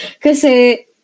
Kasi